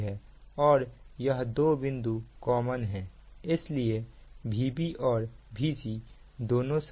और यह दो बिंदु कॉमन है इसलिए Vb और Vc दोनों समान है